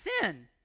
Sin